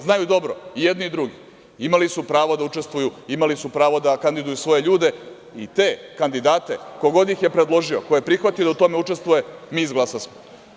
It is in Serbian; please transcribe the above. Znaju dobro i jedni i drugi, imali su pravo da učestvuju, da kandiduju svoje ljude i te kandidate, ko god da ih je predložio, ko je prihvatio da u tome učestvuje, mi izglasasmo.